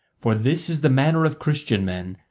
for this is the manner of christian men,